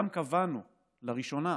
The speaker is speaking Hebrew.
גם קבענו לראשונה